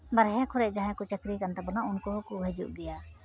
ᱵᱟᱨᱦᱮ ᱠᱚᱨᱮ ᱡᱟᱦᱟᱸᱭ ᱠᱚ ᱪᱟ ᱠᱨᱤ ᱠᱟᱱ ᱛᱟᱵᱚᱱᱟ ᱩᱱᱠᱩ ᱦᱚᱸᱠᱚ ᱦᱤᱡᱩᱜ ᱜᱮᱭᱟ